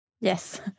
Yes